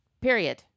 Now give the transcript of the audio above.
Period